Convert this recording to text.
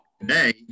Today